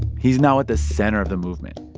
he's now at the center of the movement.